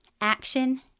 action